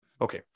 Okay